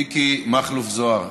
מיקי מכלוף זוהר,